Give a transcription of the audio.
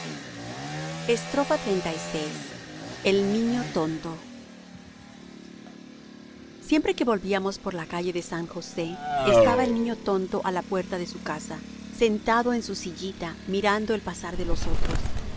esfera gira blandamente xxxvi el niño tonto siempre que volvíamos por la calle de san josé estaba el niño tonto á la puerta de su casa sentado en su sillita mirando el pasar de los otros